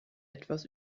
etwas